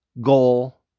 goal